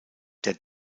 der